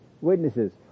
witnesses